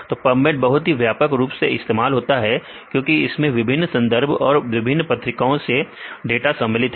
तो Pubmed बहुत ही व्यापक रूप से इस्तेमाल होता है क्योंकि इसमें विभिन्न संदर्भ और विभिन्न पत्रिकाओं से डाटा सम्मिलित है